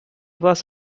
was